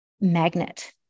magnet